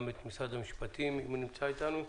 את נציגי משרד המשפטים שנמצאים איתנו.